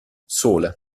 sola